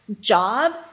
job